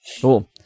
Cool